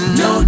no